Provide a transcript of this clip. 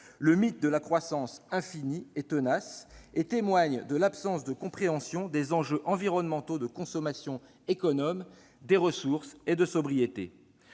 Le mythe de la croissance infini est tenace et témoigne de l'absence de compréhension des enjeux environnementaux d'une consommation économe des ressources et de sobriété